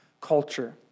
culture